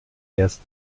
erst